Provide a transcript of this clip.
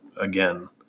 again